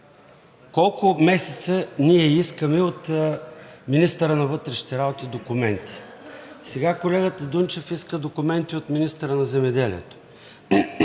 Колко месеца ние искаме от министъра на вътрешните работи документи! Сега колегата Дунчев иска документи от министъра на земеделието.